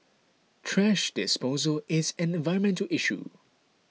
thrash disposal is an environmental issue